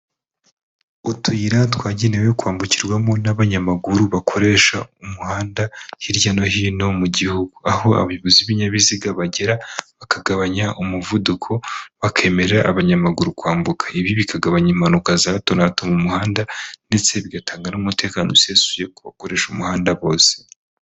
Utuyira twagenewe kwambukirwamo n'abanyamaguru bakoresha umuhanda hirya no hino mu gihugu, aho abayobozi b'ibinyabiziga bagera bakagabanya umuvuduko, bakemerera abanyamaguru kwambuka, ibi bikagabanya impanuka za hato na hato mu muhanda ndetse bigatanga n'umutekano usesuye ku bakoresha umuhanda bose.